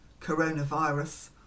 coronavirus